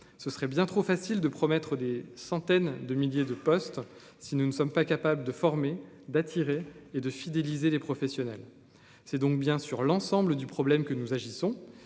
ce serait bien trop facile de promettre des centaines de milliers de postes si nous ne sommes pas capables de former, d'attirer et de fidéliser les professionnels, c'est donc bien sûr l'ensemble du problème que nous agissons,